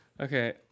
Okay